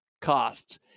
costs